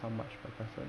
how much per person